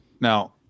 Now